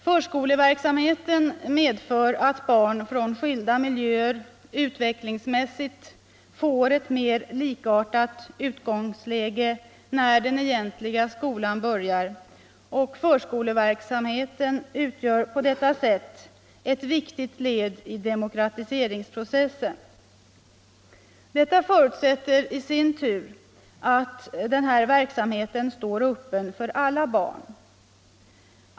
Förskoleverksamheten medför att barn från skilda miljöer utvecklingsmässigt får ett mer likartat utgångsläge när den egentliga skolan börjar, och förskoleverksamheten utgör på detta sätt ett viktigt led i demokratiseringsprocessen. Det förutsätter i sin tur att denna verksamhet står öppen för alla barn.